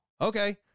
okay